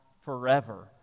forever